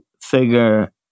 figure